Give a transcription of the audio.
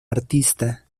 artista